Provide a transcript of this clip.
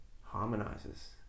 harmonizes